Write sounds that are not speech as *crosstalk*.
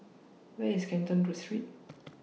Where IS Canton *unintelligible* Street